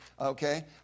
Okay